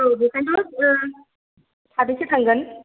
औ बेखायनोथ' साबोसे थांगोन